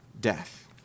death